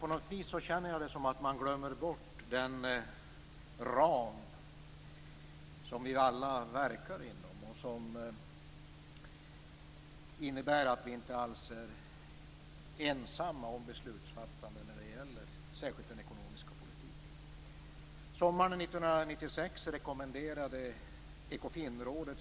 På något vis känner jag det som om man glömmer bort den ram som vi alla verkar inom och som innebär att vi inte är ensamma om beslutsfattandet när det gäller särskilt den ekonomiska politiken.